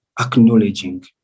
acknowledging